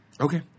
Okay